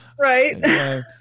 Right